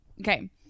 Okay